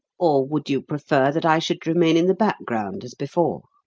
or would you prefer that i should remain in the background as before?